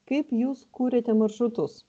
kaip jūs kūrėte maršrutus